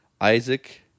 Isaac